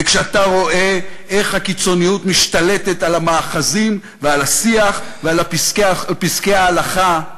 וכשאתה רואה איך הקיצוניות משתלטת על המאחזים ועל שיח ועל פסקי ההלכה,